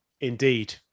Indeed